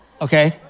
Okay